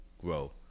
grow